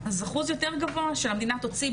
אז אחוז גבוה יותר שהמדינה תוציא,